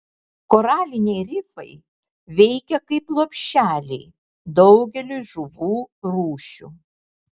koraliniai rifai veikia kaip lopšeliai daugeliui žuvų rūšių